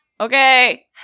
Okay